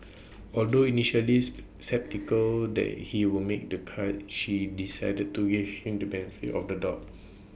although initially sceptical that he would make the cut she decided to give him the benefit of the doubt